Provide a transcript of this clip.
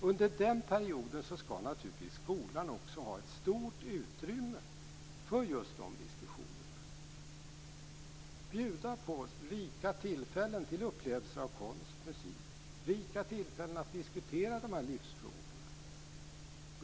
Under den perioden skall skolan naturligtvis också ha ett stort utrymme för just de diskussionerna, bjuda på rika tillfällen till upplevelser av konst, musik, på rika tillfällen att diskutera livsfrågorna.